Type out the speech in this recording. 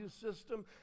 system